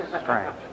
strange